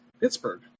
Pittsburgh